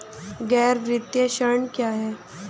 गैर वित्तीय ऋण क्या है?